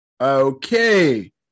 Okay